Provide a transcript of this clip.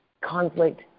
conflict